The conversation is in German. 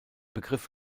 begriff